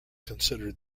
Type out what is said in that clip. considered